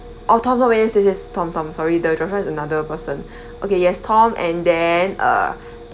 oh tom tom yes yes yes tom tom sorry the joshua is another person okay yes tom and then uh